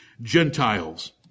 Gentiles